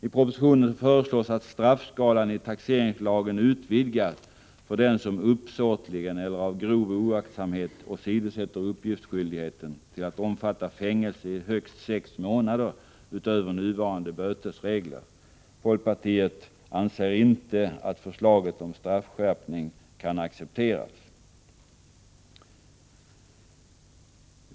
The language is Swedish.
I propositionen föreslås att straffskalan i taxeringslagen utvidgas till att omfatta fängelse i högst 6 månader utöver nuvarande bötesregler för den som uppsåtligen eller av grov oaktsamhet åsidosätter uppgiftsskyldigheten. Folkpartiet anser inte att förslaget om straffskärpning kan accepteras.